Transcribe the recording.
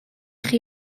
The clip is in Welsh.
chi